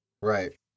Right